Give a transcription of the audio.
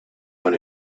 when